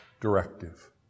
directive